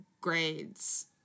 grades